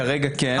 כרגע כן.